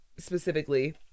specifically